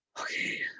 Okay